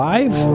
Live